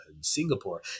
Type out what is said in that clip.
Singapore